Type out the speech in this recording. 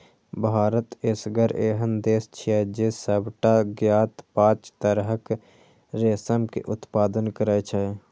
भारत एसगर एहन देश छियै, जे सबटा ज्ञात पांच तरहक रेशम के उत्पादन करै छै